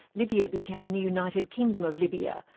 libya became the united kingdom of libya,